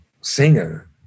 singer